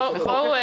בואו,